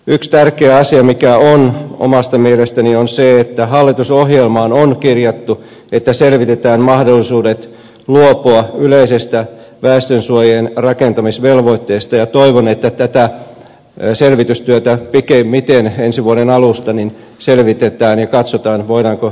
yksi tärkeä asia omasta mielestäni on se että hallitusohjelmaan on kirjattu että selvitetään mahdollisuudet luopua yleisistä väestönsuojien rakentamisvelvoitteista ja toivon että tätä selvitystyötä pikimmiten ensi vuoden alusta selvitetään ja katsotaan voidaanko sillä myöskin edetä